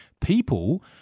people